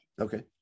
Okay